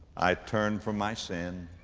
i turn from my sin.